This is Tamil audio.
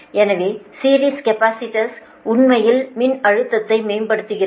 எனவே சீரிஸ் கேபஸிடர்ஸ் உண்மையில் மின்னழுத்தத்தை மேம்படுத்துகிறது